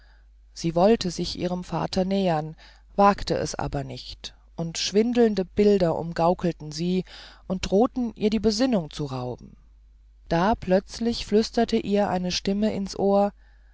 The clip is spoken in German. sie wollte sich ihrem vater nähern wagte es aber nicht und schwindelnde bilder umgaukelten sie und drohten ihr die besinnung zu rauben da plötzlich flüsterte ihr eine stimme in's ohr